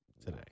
today